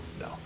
No